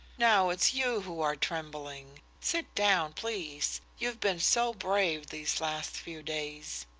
now it's you who are trembling! sit down, please. you've been so brave these last few days.